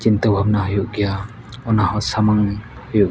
ᱪᱤᱱᱛᱟᱹ ᱵᱷᱟᱵᱽᱱᱟ ᱦᱩᱭᱩᱜ ᱜᱮᱭᱟ ᱚᱱᱟᱦᱚᱸ ᱥᱟᱢᱟᱝ ᱦᱩᱭᱩᱜ